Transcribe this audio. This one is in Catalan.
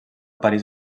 parís